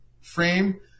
frame